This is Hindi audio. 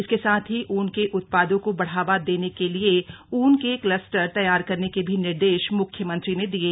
इसके साथ ही ऊन के उत्पादों को बढ़ावा देने के लिये ऊन के कलस्टर तैयार करने के भी निर्देश म्ख्यमंत्री ने दिये